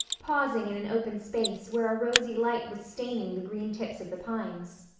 pausing in an open space where a rosy light was staining the green tips of the pines.